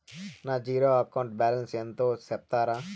నా zero account balance ఎంతో సెప్తారా?